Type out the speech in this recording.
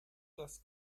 das